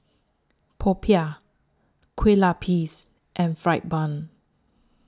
Popiah Kue Lupis and Fried Bun